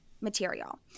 material